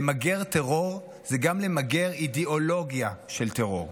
למגר טרור זה גם למגר אידיאולוגיה של טרור.